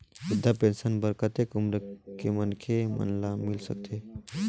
वृद्धा पेंशन बर कतेक उम्र के मनखे मन ल मिल सकथे?